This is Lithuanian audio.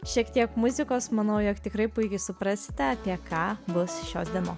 šiek tiek muzikos manau jog tikrai puikiai suprasite apie ką bus šios dienos